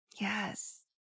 Yes